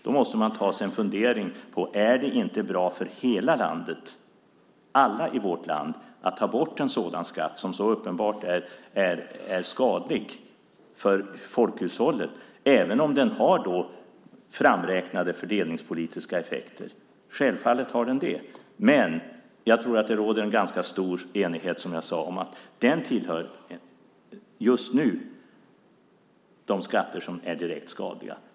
Då måste man fundera på om det inte är bra för hela landet, för alla i vårt land, att ta bort en sådan skatt som så uppenbart är skadlig för folkhushållet, även om den har framräknade fördelningspolitiska effekter. Självfallet har den det, men jag tror att det råder en ganska stor enighet, som jag sade, om att den just nu tillhör de skatter som är direkt skadliga.